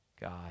God